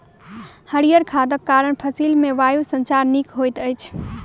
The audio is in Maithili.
हरीयर खादक कारण फसिल मे वायु संचार नीक होइत अछि